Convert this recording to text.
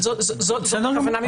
אבל זאת הכוונה מבחינתנו.